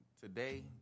today